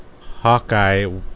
Hawkeye